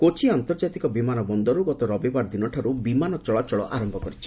କୋଚି ଆନ୍ତର୍ଜାତିକ ବିମାନ ବନ୍ଦରରୁ ଗତ ରବିବାର ଦିନଠାରୁ ବିମାନ ଚଳାଚଳ ଆରମ୍ଭ କରିଛି